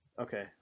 Okay